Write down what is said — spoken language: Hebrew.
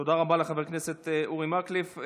תודה רבה לחבר הכנסת אורי מקלב.